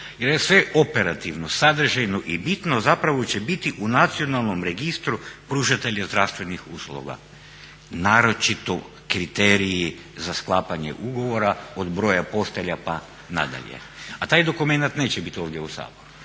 sve operativno, sadržajno i bitno zapravo će biti u nacionalnom registru pružatelja zdravstvenih ustanova naročito kriteriji za sklapanje ugovora od broja postelja pa nadalje. A taj dokumenat neće biti ovdje u Saboru.